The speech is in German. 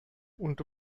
und